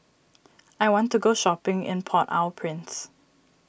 I want to go shopping in Port Au Prince